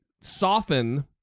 soften